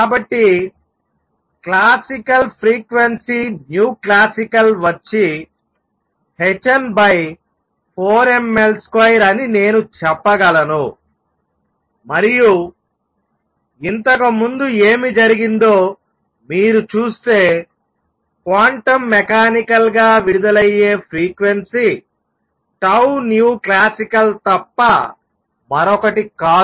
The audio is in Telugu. కాబట్టి క్లాసికల్ ఫ్రీక్వెన్సీ క్లాసికల్ వచ్చి hn4mL2అని నేను చెప్పగలను మరియు ఇంతకు ముందు ఏమి జరిగిందో మీరు చూస్తే క్వాంటం మెకానికల్ గా విడుదలయ్యే ఫ్రీక్వెన్సీ classical తప్ప మరొకటి కాదు